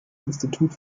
institut